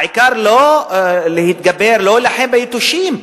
העיקר לא להילחם ביתושים,